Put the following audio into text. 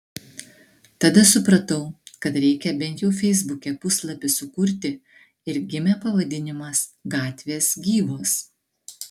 tada supratau kad reikia bent jau feisbuke puslapį sukurti ir gimė pavadinimas gatvės gyvos